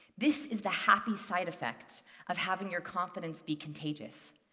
this is the happy side effect of having your confidence be contagious.